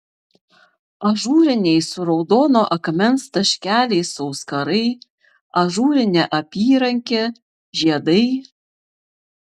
ažūriniai su raudono akmens taškeliais auskarai ažūrinė apyrankė žiedai